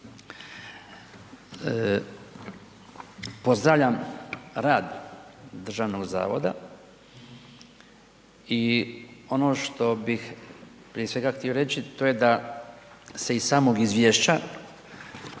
Pozdravljam rad Državnog zavoda i ono što bih prije svega htio reći a to je da se iz samog izvješća